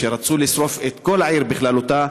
שרצו לשרוף את כל העיר בכללותה,